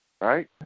Right